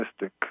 mystic